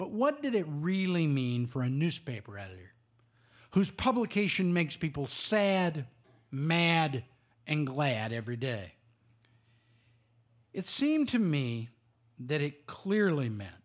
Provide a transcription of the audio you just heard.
but what did it really mean for a newspaper whose publication makes people sad mad and glad every day it seemed to me that it clearly meant